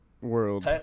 world